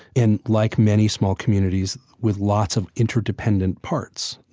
and like many small communities, with lots of interdependent parts.